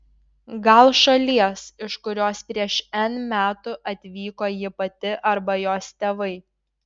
gal šalies iš kurios prieš n metų atvyko ji pati arba jos tėvai